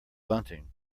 bunting